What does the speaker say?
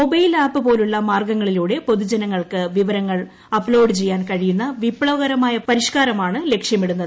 mobile app പോലുള്ള മാർഗ്ഗങ്ങളിലൂടെ പൊതുജനങ്ങൾക്ക് വിവരങ്ങൾ അപ്ലോഡ് ചെയ്യാൻ കഴിയുന്ന വിപ്ലവകരമായ പരിഷ്ക്കാരമാണ് ലക്ഷ്യമിടുന്നത്